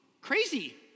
crazy